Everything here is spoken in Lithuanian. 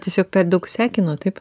tiesiog per daug sekino taip